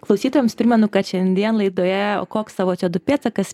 klausytojams primenu kad šiandien laidoje o koks tavo co du pėdsakas